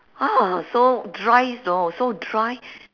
ah so dry you know so dry